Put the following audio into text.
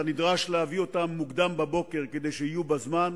אתה נדרש להביא אותם מוקדם בבוקר, כדי שיהיו בזמן,